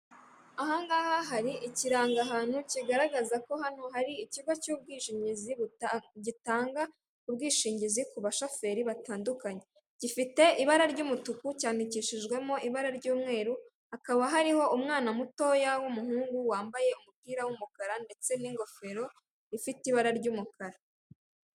Ahangaha hari ikirangahantu kigaragaza ko hano hari ikigo cy'ubwishingizi, gitanga ubwishingizi ku bashoferi batandukanye, gifite ibara ry'umutuku cyandikishijwemo ibara ry'umweru, hakaba hariho umwana mutoya w'umuhungu wambaye umupira w'umukara ndetse n'ingofero ifite ibara ry'umukara.